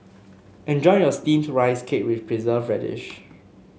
enjoy your steamed Rice Cake with preserve radish